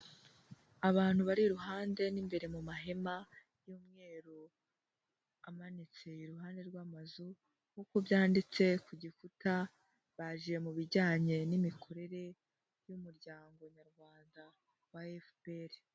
Abantu bari iruhande n'imbere mu mahema y'umweru amanitse iruhande rw'amazu nkuko byanditse ku gikuta, baje mu bijyanye n'imikorere y'umuryango Nyarwanda wa FPR.